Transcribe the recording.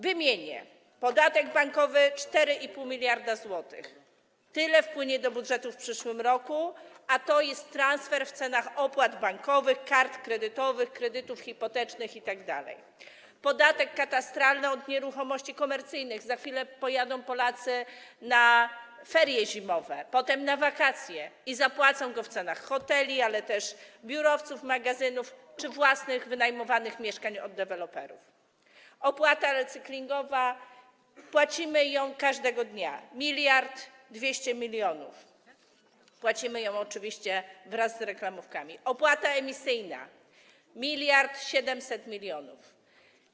Wymienię: podatek bankowy - 4,5 mld zł, tyle wpłynie do budżetu w przyszłym roku, a to jest transfer ukryty w cenach opłat bankowych, kart kredytowych, kredytów hipotecznych itd.; podatek katastralny od nieruchomości komercyjnych - za chwilę pojadą Polacy na ferie zimowe, potem na wakacje i zapłacą go - ukryty w cenach hoteli, ale też biurowców, magazynów czy własnych, wynajmowanych mieszkań od deweloperów; opłata recyklingowa, płacimy ją każdego dnia - 1200 mln zł, płacimy ją oczywiście wraz z reklamówkami; opłata emisyjna - 1700 mln zł.